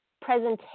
presentation